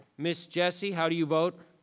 ms. jessie, how do you vote?